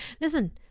Listen